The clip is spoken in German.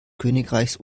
königreichs